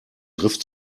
griff